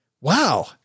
wow